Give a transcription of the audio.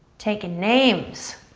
taking names.